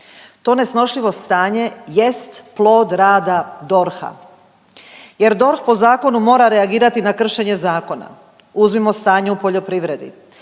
To nesnošljivo stanje jest plod rada DORH-a jer DORH po zakonu mora reagirati na kršenje zakona. Uzmimo stanje u poljoprivredi,